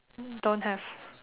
don't have